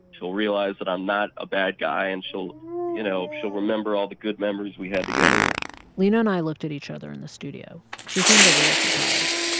she'll realize that i'm not a bad guy. and she'll you know, she'll remember all the good memories we had together and lina and i looked at each other in the studio. she seemed a little surprised.